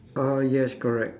uh yes correct